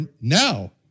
now